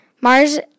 Mars